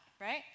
right